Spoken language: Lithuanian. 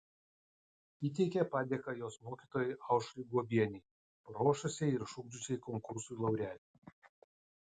įteikė padėką jos mokytojai aušrai guobienei paruošusiai ir išugdžiusiai konkursui laureatę